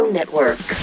Network